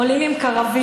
עולים עם קרווילות,